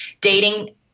dating